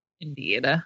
Indeed